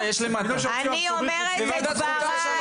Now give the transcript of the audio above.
אני אומרת את דבריי,